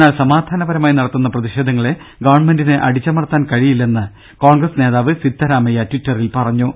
എന്നാൽ സമാധാനപരമായി നടത്തുന്ന പ്രതിഷേധങ്ങളെ ഗവൺമെന്റിന് അടിച്ച മർത്താൻ കഴിയില്ലെന്ന് കോൺഗ്രസ് നേതാവ് സിദ്ധാരാമയ്യ ടിറ്ററിൽ പറഞ്ഞു